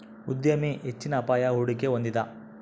ಉದ್ಯಮಿ ಹೆಚ್ಚಿನ ಅಪಾಯ, ಹೂಡಿಕೆ ಹೊಂದಿದ